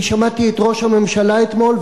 אני שמעתי את ראש הממשלה אתמול,